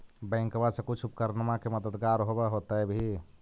बैंकबा से कुछ उपकरणमा के मददगार होब होतै भी?